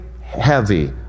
heavy